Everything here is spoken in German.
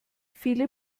viele